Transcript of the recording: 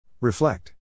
Reflect